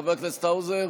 חבר הכנסת האוזר?